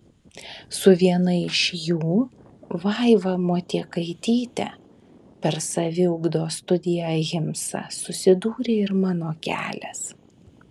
su viena iš jų vaiva motiekaityte per saviugdos studiją ahimsa susidūrė ir mano kelias